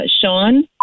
Sean